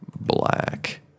Black